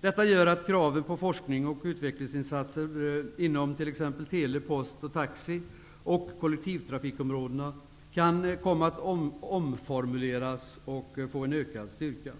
Detta gör att kraven på forsknings och utvecklingsinsatser inom t.ex. tele-, post-, taxi och kollektivtrafikområdena kan komma att omformuleras och få ökad styrka.